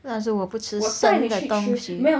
但是我不吃生的东西